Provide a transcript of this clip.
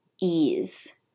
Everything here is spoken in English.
ease